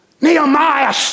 Nehemiah